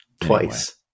Twice